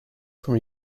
from